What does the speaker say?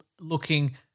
looking